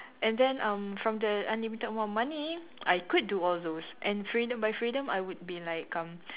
and then um from the unlimited amount of money I could do all those and freedom by freedom I would be like um